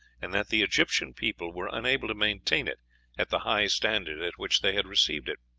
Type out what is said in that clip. and that the egyptian people were unable to maintain it at the high standard at which they had received it,